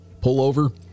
pullover